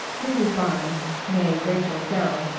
mrs. barnes, nee rachael jerryl,